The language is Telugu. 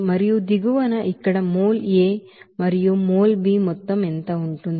మరియు దిగువన ఇక్కడ mol A మరియు mol B మొత్తం ఎంత ఉంటుంది